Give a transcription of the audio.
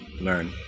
learn